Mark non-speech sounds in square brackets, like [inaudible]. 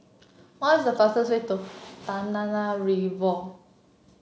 what the fastest way to [unintelligible]